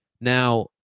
Now